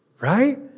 right